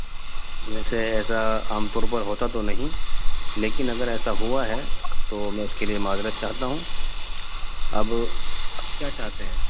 ویسے ایسا عام طور پر ہوتا تو نہیں لیکن اگر ایسا ہوا ہے تو میں اس کے لیے معذرت چاہتا ہوں اب کیا چاہتے ہیں